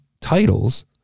titles